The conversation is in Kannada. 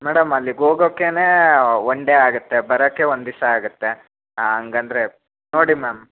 ಮೇಡಮ್ ಅಲ್ಲಿಗೆ ಹೋಗೋಕೆನೇ ಒನ್ ಡೇ ಆಗುತ್ತೆ ಬರೋಕ್ಕೆ ಒಂದು ದಿವ್ಸ ಆಗುತ್ತೆ ಹಂಗಂದ್ರೆ ನೋಡಿ ಮ್ಯಾಮ್